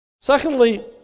Secondly